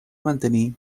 mantenir